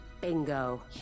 Bingo